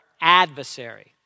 adversary